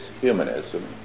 humanism